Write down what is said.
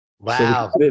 Wow